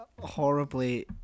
horribly